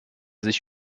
sich